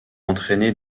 entraîner